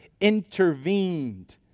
intervened